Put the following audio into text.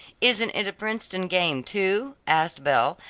isn't it a princeton game, too, asked belle,